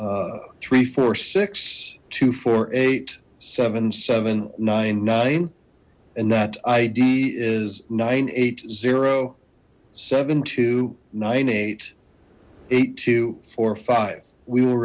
a three four six two four eight seven seven nine nine and that id is nine eight zero seven two nine eight eight two four five we will